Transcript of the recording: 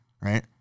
right